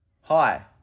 Hi